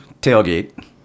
tailgate